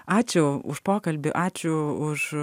ačiū už pokalbį ačiū už